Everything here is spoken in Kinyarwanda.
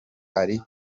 ari